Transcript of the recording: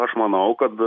aš manau kad